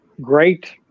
great